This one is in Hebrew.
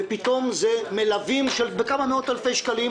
ופתאום זה מלווים כנגד טילי נ"ט בכמה מאות אלפי שקלים.